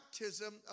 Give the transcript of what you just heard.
baptism